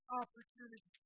opportunity